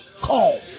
call